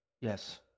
Yes